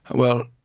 well,